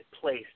place